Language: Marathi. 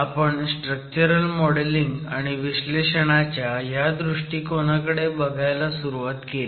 आपण स्ट्रक्चरल मॉडेलिंग आणि विश्लेषणाच्या ह्या दृष्टिकोनाकडे बघायला सुरुवात केली